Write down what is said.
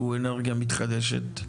שהוא אנרגיה מתחדשת?